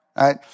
right